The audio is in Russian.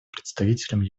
представителем